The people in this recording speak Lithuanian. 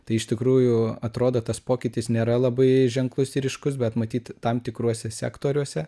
tai iš tikrųjų atrodo tas pokytis nėra labai ženklus ir ryškus bet matyt tam tikruose sektoriuose